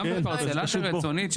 גם בפרצלציה רצונית,